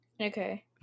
okay